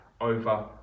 over